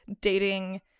dating